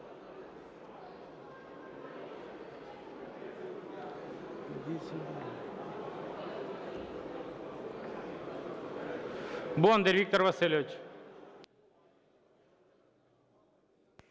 Бондар Віктор Васильович.